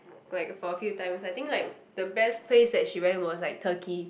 like for a few times I think like the best place that she went was like Turkey